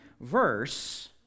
verse